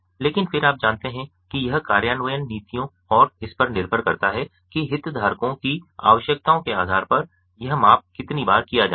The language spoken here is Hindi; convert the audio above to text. लेकिन फिर आप जानते हैं कि यह कार्यान्वयन नीतियों और इस पर निर्भर करता है कि हितधारकों की आवश्यकताओं के आधार पर यह माप कितनी बार किया जाना है